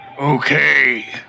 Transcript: Okay